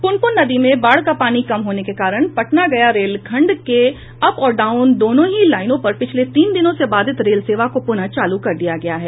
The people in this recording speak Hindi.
प्रनप्रन नदी में बाढ़ का पानी कम होने के कारण पटना गया रेलखण्ड के अप और डाउन दोनों ही लाइनों पर पिछले तीन दिनों से बाधित रेल सेवा को पुनः चालू कर दिया गया है